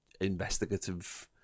investigative